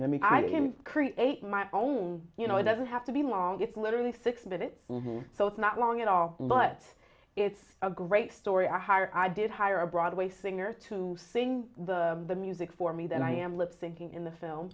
i mean i didn't create my own you know it doesn't have to be long it's literally six minutes so it's not long at all but it's a great story i hire i did hire a broadway singer to sing the the music for me then i am lip sinking in the film